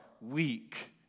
weak